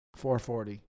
440